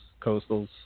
coastals